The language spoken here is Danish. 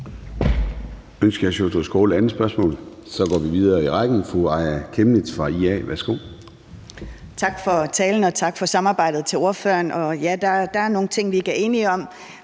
Tak for talen og tak for samarbejdet til ordføreren. Og ja, der er nogle ting, vi ikke er enige om,